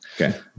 Okay